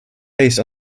based